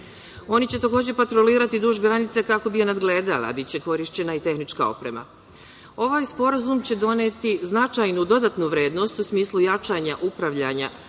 Oni će takođe patrolirati duž granice kako bi je nadgledali, a biće korišćena i tehnička oprema. Ovaj Sporazum će doneti značajnu dodatnu vrednost u smislu jačanja upravljanja